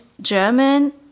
German